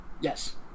yes